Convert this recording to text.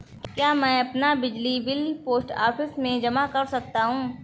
क्या मैं अपना बिजली बिल पोस्ट ऑफिस में जमा कर सकता हूँ?